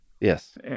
Yes